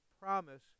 promise